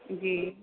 जी